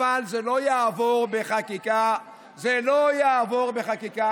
אבל זה לא יעבור בחקיקה ------ זה לא יעבור בחקיקה